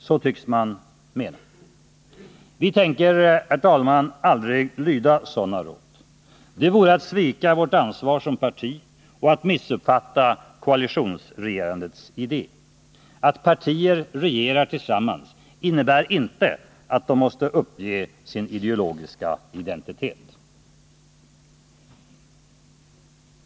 Så tycks man mena. Vi tänker aldrig lyda sådana råd. Det vore att svika vårt ansvar som parti och att missuppfatta koalitionsregerandets idé. Att partier regerar tillsammans innebär inte att de måste uppge sin ideologiska identitet.